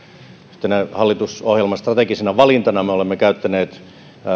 yhtenä hallitusohjelman strategisena valintana me olemme käyttäneet